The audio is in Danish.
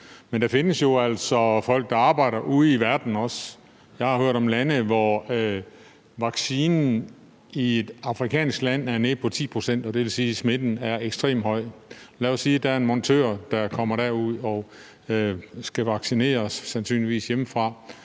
Men der findes jo altså folk, der arbejder ude i verden. Jeg har hørt om et land i Afrika, hvor andelen af vaccinerede er nede på 10 pct., og det vil sige, at smitten er ekstrem høj. Lad os sige, at der er en montør, der kommer derud, og som sandsynligvis skal